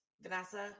Vanessa